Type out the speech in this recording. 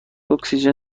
اکسیژن